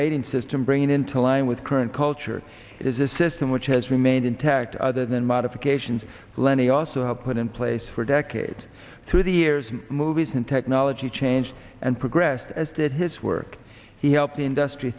rating system bringing into line with current culture is a system which has remained intact other than modifications lenny also helped put in place for decade through the years in movies and technology changed and progressed as did his work he helped the industry